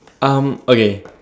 um okay